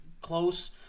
close –